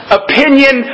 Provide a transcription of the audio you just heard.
opinion